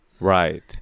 Right